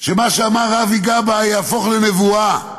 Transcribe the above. שמה שאמר אבי גבאי יהפוך לנבואה.